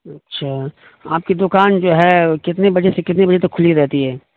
اچھا آپ کی دکان جو ہے کتنے بجے سے کتنے بجے تک کھلی رہتی ہے